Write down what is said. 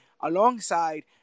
alongside